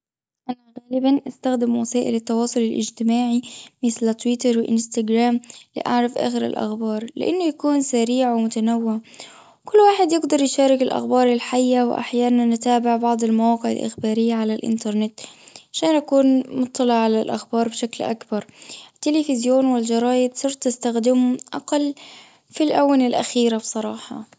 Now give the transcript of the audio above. أنا غالبا أستخدم وسائل التواصل الأجتماعي مثل تويتر وإنستجرام لأعرف آخر الاخبار لأنه يكون سريع ومتنوع. كل واحد يقدر يشارك الأخبار الحية وأحيانا نتابع بعض المواقع الأخبارية على الأنترنت. علشان نكون مطلع على الأخبار بشكل أكبر. تلفزيون والجرايد صرت أستخدمهم اقل في الاونة الاخيرة بصراحة.